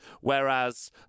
whereas